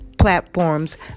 platforms